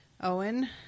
Owen